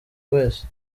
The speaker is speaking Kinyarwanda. wese